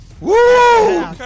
Woo